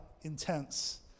intense